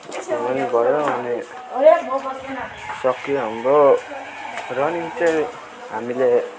यो पनि भयो अनि सकियो हाम्रो रनिङ चाहिँ हामीले